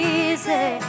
easy